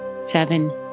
seven